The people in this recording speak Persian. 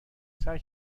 سعی